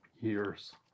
years